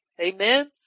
Amen